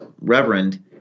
reverend